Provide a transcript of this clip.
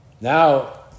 Now